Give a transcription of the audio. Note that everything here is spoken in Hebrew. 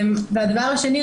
הדבר השני,